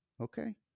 Okay